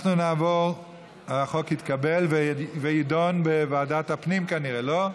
התשע"ח 2018, לוועדה שתקבע ועדת הכנסת נתקבלה.